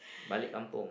balik kampung